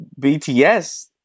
bts